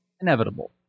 inevitable